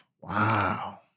Wow